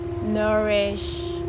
nourish